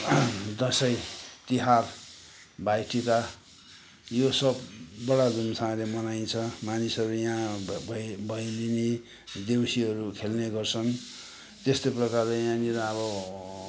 दसैँ तिहार भाइटिका यो सब बडा धुमसँगले मनाइन्छ मानिसहरू यहाँ भ भ भैलेनी देउसीहरू खेल्ने गर्छन् त्यस्तै प्रकारले यहाँनिर अब